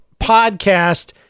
podcast